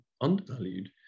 undervalued